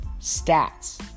stats